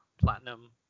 platinum